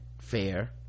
fair